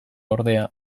ordea